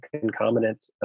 concomitant